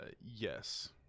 Yes